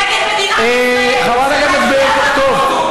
נגד מדינת ישראל, חברת הכנסת ברקו.